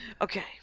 Okay